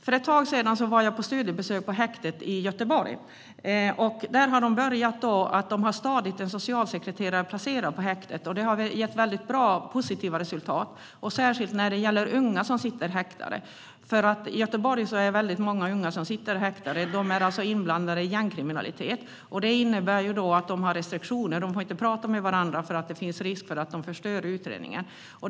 För ett tag sedan var jag på studiebesök på häktet i Göteborg. Där har de börjat ha en socialsekreterare stadigt placerad på häktet. Detta har gett väldigt positiva resultat, särskilt när det gäller unga som sitter häktade. I Göteborg är det väldigt många unga som sitter häktade. De är ofta inblandade i gängkriminalitet. Det innebär att de har restriktioner. De får inte prata med varandra, för det finns risk för att de förstör utredningen.